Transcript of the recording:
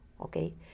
Okay